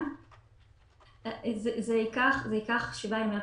זה ייקח שבעה ימי עבודה.